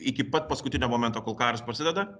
iki pat paskutinio momento kol karas prasideda